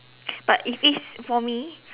but if it's for me